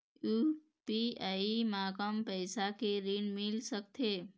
UPI म कम पैसा के ऋण मिल सकथे?